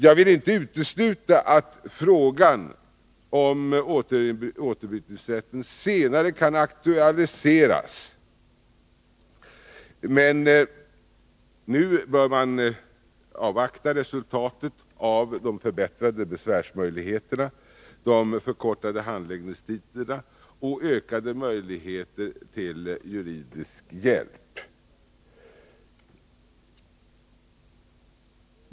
Jag vill inte utesluta att frågan om återbrytningsrätten senare kan aktualiseras. Men nu bör man avvakta resultatet av de förbättrade besvärsmöjligheterna, de förkortade handläggningstiderna och ökade möjligheter till juridisk rådgivning.